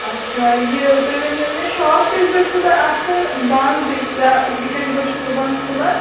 اَچھا یہِ تُہۍ ؤنِو مےٚ شاپ کٔژ بجہِ چھُو تۄہہِ آسان بنٛد یا یہِ کٔژ بجہِ چھُ صُبحن کھُلن